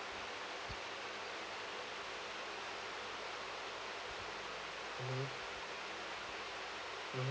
mmhmm mmhmm